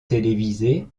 télévisé